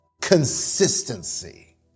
consistency